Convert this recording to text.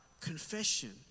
confession